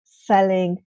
selling